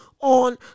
on